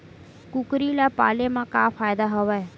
कुकरी ल पाले म का फ़ायदा हवय?